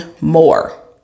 more